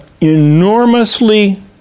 enormously